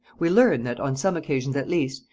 we learn that, on some occasions at least,